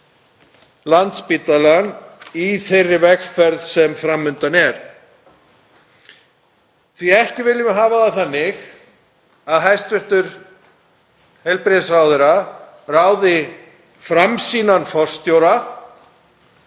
Landspítalann í þeirri vegferð sem fram undan er, því að ekki viljum við hafa það þannig að hæstv. heilbrigðisráðherra ráði framsýnan forstjóra